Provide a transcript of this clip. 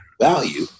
value